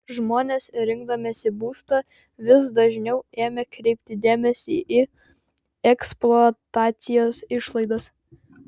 žmonės rinkdamiesi būstą vis dažniau ėmė kreipti dėmesį į eksploatacijos išlaidas